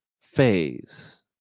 phase